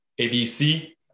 ABC